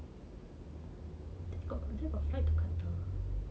there got flight